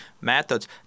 methods